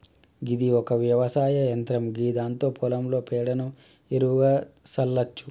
గిది ఒక వ్యవసాయ యంత్రం గిదాంతో పొలంలో పేడను ఎరువుగా సల్లచ్చు